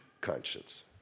conscience